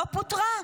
לא פוטרה.